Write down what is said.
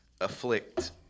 afflict